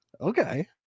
Okay